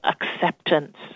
acceptance